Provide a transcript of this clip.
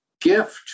gift